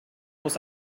muss